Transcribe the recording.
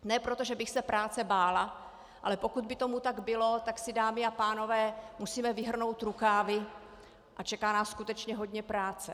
Ne proto, že bych se práce bála, ale pokud by tomu tak bylo, tak si, dámy a pánové, musíme vyhrnout rukávy a čeká nás skutečně hodně práce.